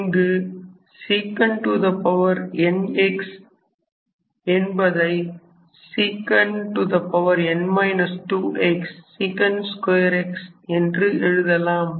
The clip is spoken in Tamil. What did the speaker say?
இங்கு sec n x என்பதை sec n 2 x sec 2 x என்றும் எழுதலாம்